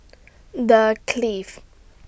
The Clift